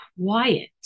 quiet